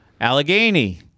Allegheny